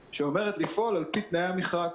שאומרת: לפעול על פי תנאי המכרז.